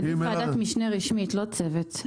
עדיף ועדת משנה רשמית לא צוות,